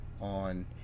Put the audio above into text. On